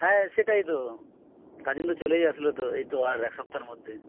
হ্যাঁ সেটাই তো গাজন তো চলেই আসলো তো এই তো আর এক সপ্তাহের মধ্যে